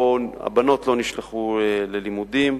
הבנות לא נשלחו ללימודים,